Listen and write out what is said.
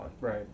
Right